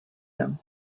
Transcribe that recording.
him